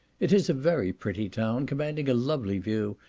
it is a very pretty town, commanding a lovely view,